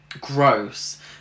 gross